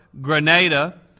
Grenada